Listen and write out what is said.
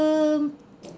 the